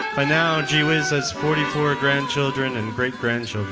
by now, gee whiz has forty four grandchildren and great-grandchildren.